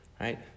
right